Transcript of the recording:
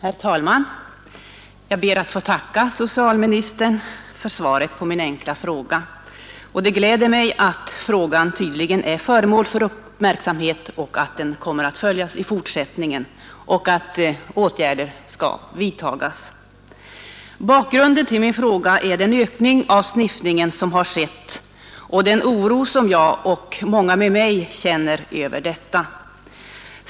Herr talman! Jag ber att få tacka socialministern för svaret på min enkla fråga. Det gläder mig att problemet tydligen är föremål för uppmärksamhet och kommer att följas i fortsättningen liksom att åtgärder kommer att vidtagas. Bakgrunden till min fråga är den ökning av sniffningen som har skett och den oro som jag och många med mig känner över detta.